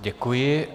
Děkuji.